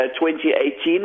2018